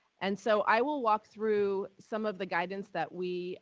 and so, i will walk through some of the guidance that we